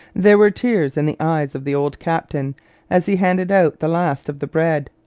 there were tears in the eyes of the old captain as he handed out the last of the bread.